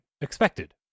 expected